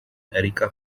erica